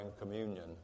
communion